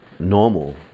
normal